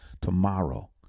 tomorrow